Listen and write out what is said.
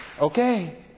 Okay